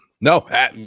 no